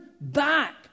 back